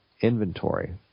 inventory